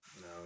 No